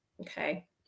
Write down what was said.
okay